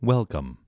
Welcome